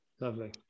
Lovely